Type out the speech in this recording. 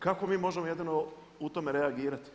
Kako mi možemo jedino u tome reagirati?